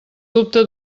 dubte